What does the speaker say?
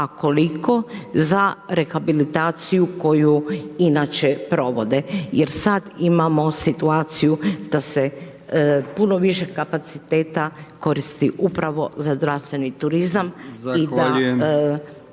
a koliko za rehabilitaciju koju inače provode jer sad imamo situaciju da se puno više kapaciteta koristi upravo za zdravstveni turizam